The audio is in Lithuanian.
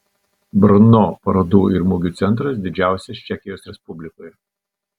brno parodų ir mugių centras didžiausias čekijos respublikoje